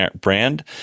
Brand